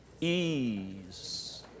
ease